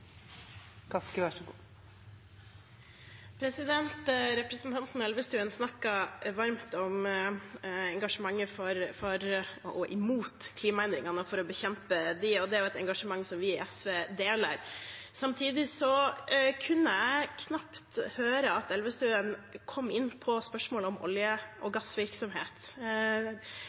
Representanten Elvestuen snakket varmt om engasjementet for – og imot – klimaendringene og for å bekjempe dem, og det er et engasjement som vi i SV deler. Samtidig kunne jeg knapt høre at Elvestuen kom inn på spørsmålet om olje- og gassvirksomhet.